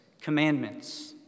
commandments